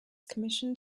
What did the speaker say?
commissioned